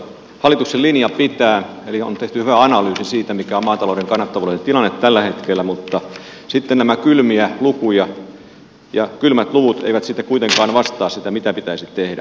hallituksen linja pitää eli on tehty hyvä analyysi siitä mikä on maatalouden kannattavuuden tilanne tällä hetkellä mutta sitten on näitä kylmiä lukuja ja kylmät luvut eivät sitten kuitenkaan vastaa sitä mitä pitäisi tehdä